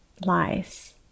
lies